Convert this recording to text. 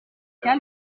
cas